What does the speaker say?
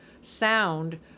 sound